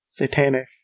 Satanish